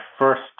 first